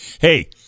Hey